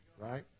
right